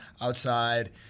outside—